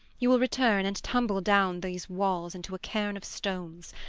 you will return and tumble down these walls into a cairn of stones,